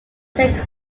saint